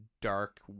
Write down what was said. dark